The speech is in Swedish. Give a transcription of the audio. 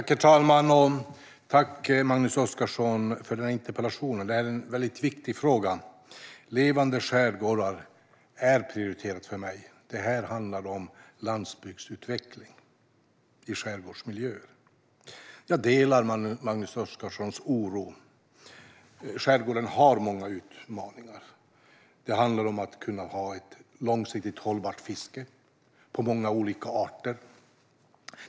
Herr talman! Tack, Magnus Oscarsson, för interpellationen! Det är en viktig fråga. Levande skärgårdar är prioriterat för mig. Det handlar om landsbygdsutveckling i skärgårdsmiljöer. Jag delar Magnus Oscarssons oro. Skärgården har många utmaningar. Det handlar om att ha ett långsiktigt hållbart fiske på många olika arter.